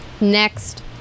Next